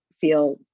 feel